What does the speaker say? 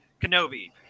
kenobi